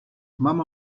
mama